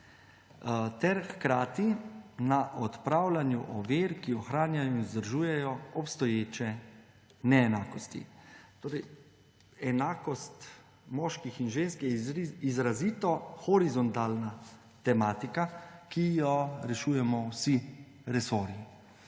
ter hkrati na odpravljanju ovir, ki ohranjajo in vzdržujejo obstoječe neenakosti. Enakost moških in žensk je izrazito horizontalna tematika, ki jo rešujemo vsi resorji.